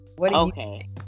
Okay